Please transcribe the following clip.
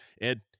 Ed